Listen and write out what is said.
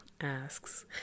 asks